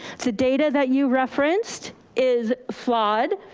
so data that you referenced is flawed.